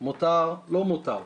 מותר לא מותר.